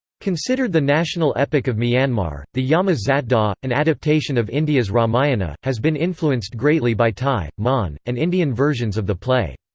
considered the national epic of myanmar, the yama zatdaw, an adaptation of india's ramayana, has been influenced greatly by thai, mon, and indian versions of the play.